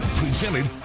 presented